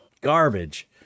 garbage